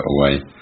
away